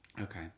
Okay